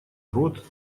рот